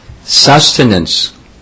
sustenance